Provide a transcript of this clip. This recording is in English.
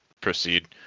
proceed